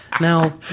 Now